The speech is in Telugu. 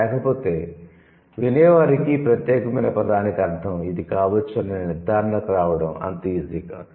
లేకపోతే వినేవారికి ఈ ప్రత్యేకమైన పదానికి అర్ధం ఇది కావచ్చు అనే నిర్ధారణకు రావడం అంత ఈజీ కాదు